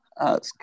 ask